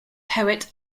poet